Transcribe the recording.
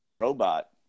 Robot